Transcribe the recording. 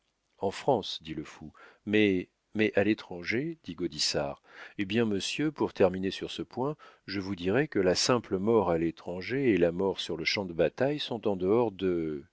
en france dit le fou mais mais à l'étranger dit gaudissart eh bien monsieur pour terminer sur ce point je vous dirai que la simple mort à l'étranger et la mort sur le champ de bataille sont en dehors de